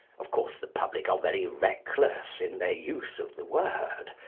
of course, the public are very reckless in their use of the word.